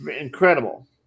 Incredible